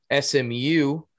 SMU